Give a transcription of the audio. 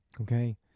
okay